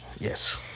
Yes